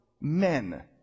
men